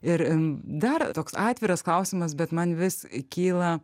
ir dar toks atviras klausimas bet man vis kyla